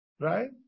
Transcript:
Right